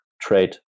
trade